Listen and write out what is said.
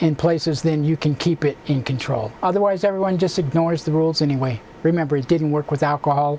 in places then you can keep it in control otherwise everyone just ignores the rules anyway remember it didn't work with alcohol